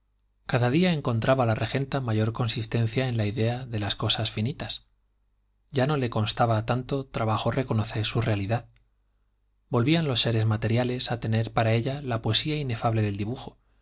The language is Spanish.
cada día encontraba la regenta mayor consistencia en la idea de las cosas finitas ya no le costaba tanto trabajo reconocer su realidad volvían los seres materiales a tener para ella la poesía inefable del dibujo